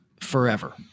forever